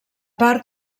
part